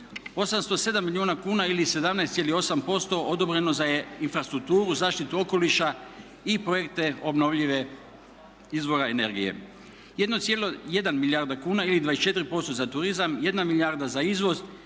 807 milijuna kuna ili 17,8% odobreno za infrastrukturu, zaštitu okoliša i projekte obnovljive izvora energije. 1,1 milijarda kuna ili 24% za turizam, 1 milijarda za izvoz